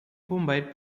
bombeiro